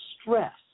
Stress